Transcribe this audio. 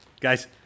Guys